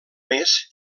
més